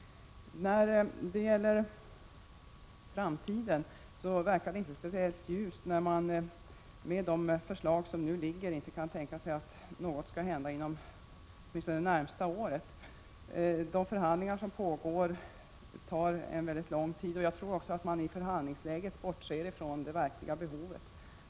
Framtiden verkar inte speciellt ljus, när man med de förslag som nu ligger inte kan tänka sig att något skall hända inom det närmaste året. De förhandlingar som pågår tar en väldig tid, och jag tror att man i förhandlingsläget också bortser från det verkliga behovet.